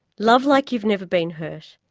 love like you've never been hurt,